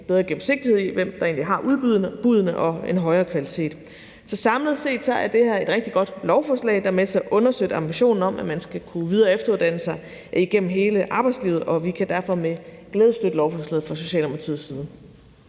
bedre gennemsigtighed, i forhold til hvem der egentlig har udbuddene, og en højere kvalitet. Så samlet set er det her et rigtig godt lovforslag, der er med til at understøtte ambitionen om, at man skal kunne videre- og efteruddanne sig igennem hele arbejdslivet, og vi kan derfor med glæde støtte lovforslaget fra Socialdemokratiets side.